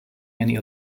many